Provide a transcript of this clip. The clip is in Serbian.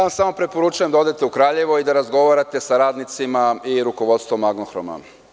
Samo vam preporučujem da odete u Kraljevo i da razgovarate sa radnicima i rukovodstvom „Magnohroma“